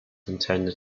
intended